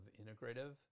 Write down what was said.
integrative